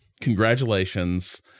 congratulations